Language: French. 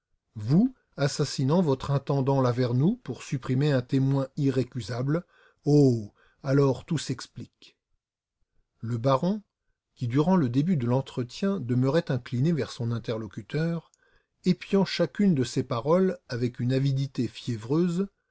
vous assassinant votre intendant lavernoux pour supprimer un témoin irrécusable oh alors tout s'explique le baron qui durant le début de l'entretien demeurait incliné vers son interlocuteur épiant chacune de ses paroles avec une avidité fiévreuse